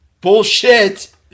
Bullshit